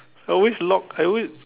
I always lock I always